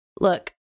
look